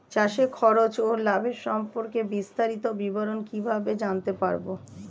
চাষে খরচ ও লাভের সম্পর্কে বিস্তারিত বিবরণ কিভাবে জানতে পারব?